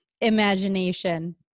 Imagination